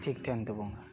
ᱴᱷᱤᱠ ᱛᱟᱦᱮᱸᱱ ᱛᱟᱵᱚᱱᱟ